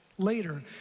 Later